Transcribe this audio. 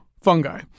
Fungi